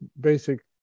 basic